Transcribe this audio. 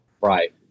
right